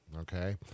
okay